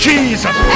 Jesus